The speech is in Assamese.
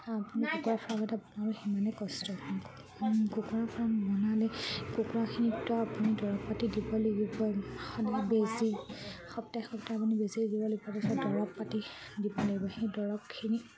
আপুনি কুকুৰা ফাৰ্ম এটা বনালেও সিমানেই কষ্ট হয় এখন কুকুৰা ফাৰ্ম বনালে কুকুৰাখিনিকতো আপুনি দৰৱ পাতি দিব লাগিব আকৌ সদায় বেজী সপ্তাহে সপ্তাহে আপুনি বেজী দিব লাগিব তাৰপিছত দৰৱ পাতি দিব লাগিব সেই দৰৱখিনি